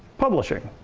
publishing.